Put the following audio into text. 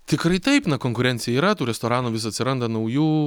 tikrai taip na konkurencija yra tų restoranų vis atsiranda naujų